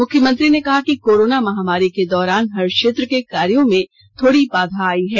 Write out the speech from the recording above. मुख्यमंत्री ने कहा कि कोरोना महामारी के दौरान हर क्षेत्र के कार्यो में थोड़ी बाधा आई है